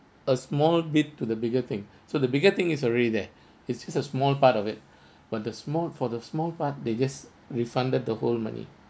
a small bit to the bigger thing so the bigger is already there it's just a small part of it but the smart for the small part they just refunded the whole money